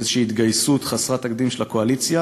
באיזושהי התגייסות חסרת תקדים של הקואליציה,